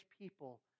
people